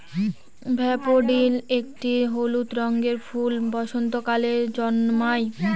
daffodil একটি হলুদ রঙের ফুল বসন্তকালে জন্মায়